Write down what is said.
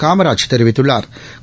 காமராஜ் தெரிவித்துள்ளாா்